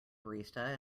barista